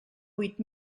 huit